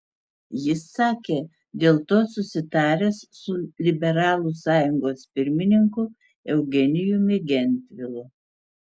jis sakė dėl to susitaręs su liberalų sąjungos pirmininku eugenijumi gentvilu